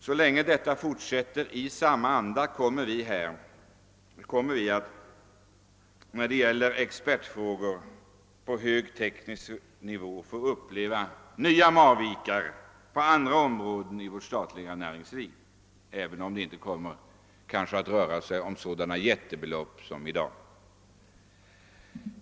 Så länge detta fortsätter i samma anda kommer vi, när det gäller expertfrågor på hög teknisk nivå, att få uppleva nya Marvikenfall på andra områden av vårt näringsliv, även om det kanske inte kommer att röra sig om sådana jättebelopp som vi nu diskuterar.